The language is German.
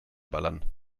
ballern